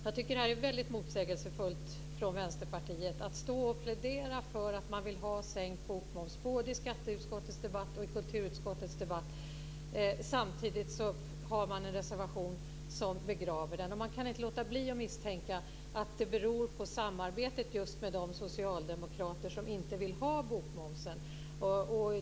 Jag tycker att det är mycket motsägelsefullt av Vänsterpartiet att plädera för att man vill ha sänkt bokmoms, både i skatteutskottets debatt och i kulturutskottets debatt. Samtidigt har man en reservation som begraver den. Jag kan inte låta bli att misstänka att det beror på samarbetet med just de socialdemokrater som vill ha bokmomsen.